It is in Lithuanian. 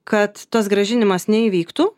kad tas grąžinimas neįvyktų